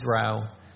Israel